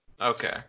Okay